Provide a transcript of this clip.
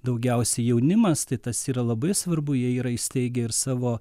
daugiausiai jaunimas tai tas yra labai svarbu jie yra įsteigę ir savo